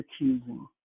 accusing